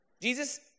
Jesus